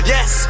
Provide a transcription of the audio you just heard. Yes